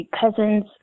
cousin's